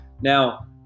Now